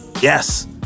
Yes